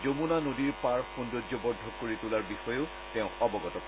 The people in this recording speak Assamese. যমুনা নদীৰ পাৰ সৌন্দৰ্যবৰ্দ্ধক কৰি তোলাৰ বিষয়েও তেওঁ অৱগত কৰে